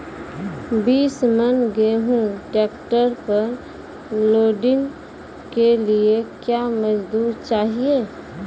बीस मन गेहूँ ट्रैक्टर पर लोडिंग के लिए क्या मजदूर चाहिए?